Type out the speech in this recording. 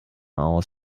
aus